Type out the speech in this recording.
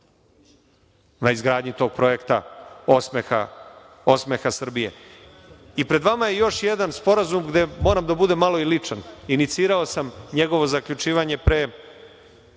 na izgradnji tog projekta, osmeha Srbije.I pred vama je još jedan sporazum gde moram da budem i malo ličan. Inicirao sam njegovo zaključivanje pre